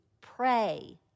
Pray